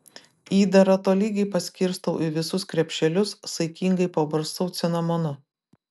įdarą tolygiai paskirstau į visus krepšelius saikingai pabarstau cinamonu